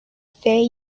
fei